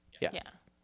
Yes